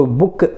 book